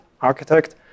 architect